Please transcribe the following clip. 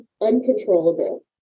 uncontrollable